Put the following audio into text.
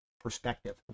perspective